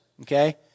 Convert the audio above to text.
okay